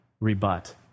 rebut